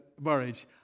marriage